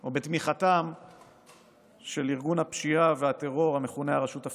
או בתמיכתו של ארגון הפשיעה והטרור המכונה הרשות הפלסטינית.